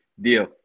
Deal